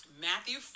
Matthew